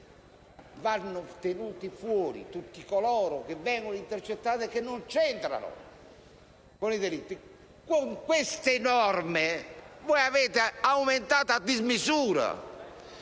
vanno tenuti fuori tutti coloro che vengono intercettati e che non c'entrano con i delitti. Con queste norme avete invece aumentato a dismisura